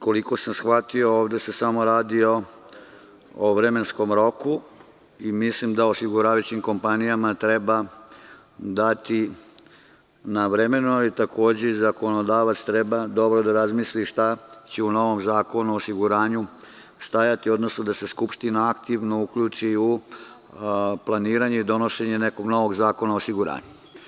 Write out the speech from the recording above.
Koliko sam shvatio, ovde se samo radi o vremenskom roku i mislim da osiguravajućim kompanijama treba dati na vremenu, a takođe i zakonodavac treba dobro da razmisli šta će u novom zakonu o osiguranju stajati, odnosno da se Skupština aktivno uključi u planiranje i donošenje nekog novog zakona o osiguranju.